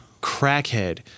crackhead